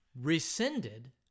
rescinded